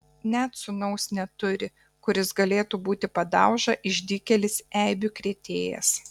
net sūnaus neturi kuris galėtų būti padauža išdykėlis eibių krėtėjas